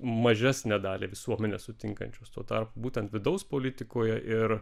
mažesnę dalį visuomenės sutinkančios tuo tarpu būtent vidaus politikoje ir